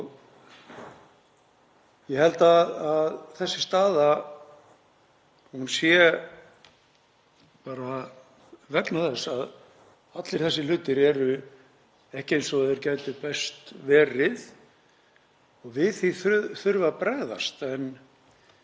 Ég held að þessi staða sé til komin vegna þess að allir þessir hlutir eru ekki eins og þeir gætu best verið og við því þurfi að bregðast. En